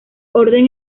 orden